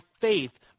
faith